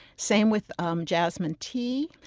same with um jasmine tea.